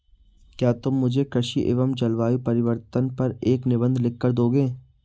क्या तुम मुझे कृषि एवं जलवायु परिवर्तन पर एक निबंध लिखकर दोगे?